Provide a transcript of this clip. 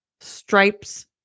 Stripes